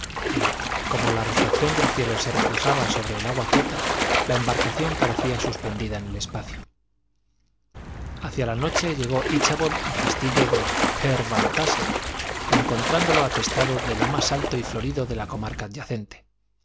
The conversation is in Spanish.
y como la refracción del cielo se reflejaba sobre el agua quieta la embarcación parecía suspendida en el espacio hacia la noche llegó íchabod al castillo de herr van tássel encontrándolo atestado de lo más alto y florido de la comarca